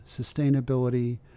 sustainability